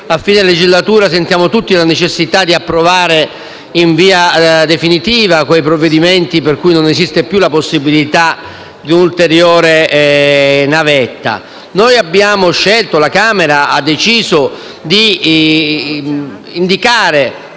a fine legislatura sentiamo tutti la necessità di approvare in via definitiva quei provvedimenti per cui non esiste più la possibilità di un ulteriore passaggio parlamentare. La Camera ha deciso di indicare,